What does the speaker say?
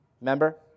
Remember